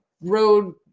road